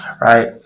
right